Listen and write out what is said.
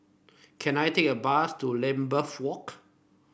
can I take a bus to Lambeth Walk